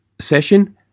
session